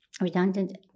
redundant